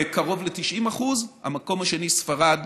קרוב ל-90%; והמקום השני זה ספרד,